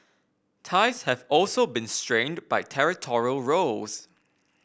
ties have also been strained by territorial rows